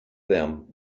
them